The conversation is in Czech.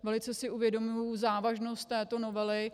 Velice si uvědomuji závažnost této novely.